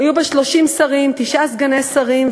היו בה 30 שרים ותשעה סגני שרים,